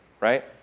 Right